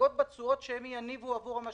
זה יותר טוב לחקלאים,